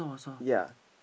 ya